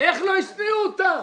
איך לא ישנאו אותם?